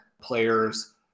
players